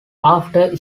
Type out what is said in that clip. after